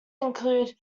include